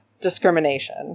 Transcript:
Discrimination